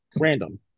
random